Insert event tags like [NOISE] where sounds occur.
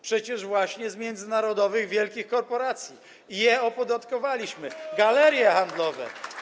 Przecież właśnie jest z międzynarodowych wielkich korporacji [APPLAUSE] - opodatkowaliśmy galerie handlowe.